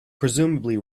presumably